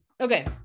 Okay